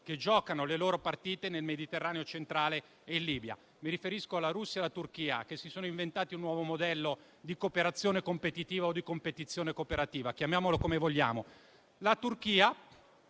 che giocano le loro partite nel Mediterraneo centrale e in Libia: mi riferisco alla Russia e alla Turchia, che si sono inventati un nuovo modello di cooperazione competitiva o di competizione cooperativa, chiamiamolo come vogliamo.